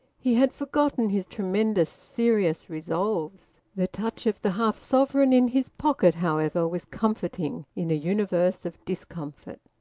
he had forgotten his tremendous serious resolves. the touch of the half-sovereign in his pocket, however, was comforting in a universe of discomfort.